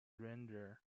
ranger